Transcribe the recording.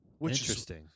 Interesting